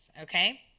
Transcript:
Okay